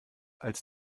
als